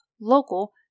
local